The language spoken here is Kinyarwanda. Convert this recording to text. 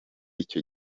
icyo